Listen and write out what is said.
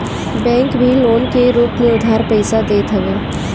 bank भी loan के रूप में उधार पईसा देत हवे